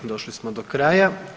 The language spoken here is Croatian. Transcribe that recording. Došli smo do kraja.